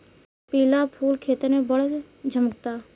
पिला फूल खेतन में बड़ झम्कता